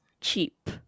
cheap